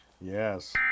yes